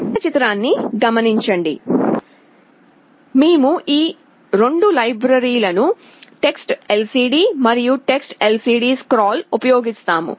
మేము ఈ 2 లైబ్రరీలను TextLCD మరియు TextLCDScroll ఉపయోగిస్తాము